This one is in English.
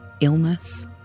illness